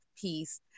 peace